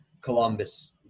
Columbus